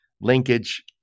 linkage